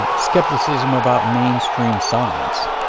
and skepticism about mainstream science.